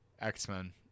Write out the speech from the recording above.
X-Men